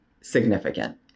significant